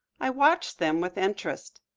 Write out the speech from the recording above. i watched them with interest.